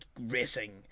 racing